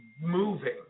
moving